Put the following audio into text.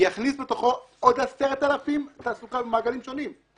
יכניס לתוכו עד 10,000 אנשים לתעסוקה במעגלים שונים.